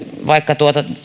vaikka